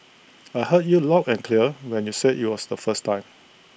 I heard you loud and clear when you said you was the first time